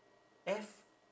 F